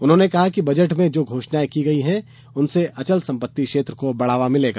उन्होंने कहा कि बजट में जो घोषणाएं की गई हैं उनसे अचल संपत्ति क्षेत्र को बढ़ावा मिलेगा